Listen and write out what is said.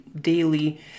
daily